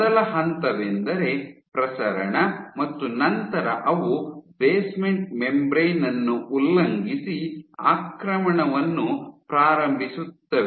ಮೊದಲ ಹಂತವೆಂದರೆ ಪ್ರಸರಣ ಮತ್ತು ನಂತರ ಅವು ಬೇಸ್ಮೆಂಟ್ ಮೆಂಬ್ರೇನ್ ಯನ್ನು ಉಲ್ಲಂಘಿಸಿ ಆಕ್ರಮಣವನ್ನು ಪ್ರಾರಂಭಿಸುತ್ತವೆ